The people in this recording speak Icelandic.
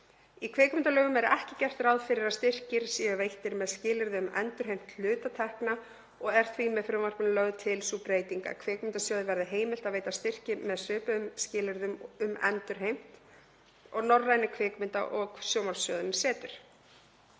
Í kvikmyndalögum er ekki gert ráð fyrir að styrkir séu veittir með skilyrði um endurheimt hluta tekna og er því með frumvarpinu lögð til sú breyting að Kvikmyndasjóði verði heimilt að veita styrki með svipuðum skilyrðum um endurheimt og Norræni kvikmynda- og sjónvarpssjóðurinn setur.